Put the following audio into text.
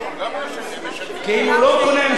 כי אם הוא לא משלם מע"מ כשהוא קונה אותה,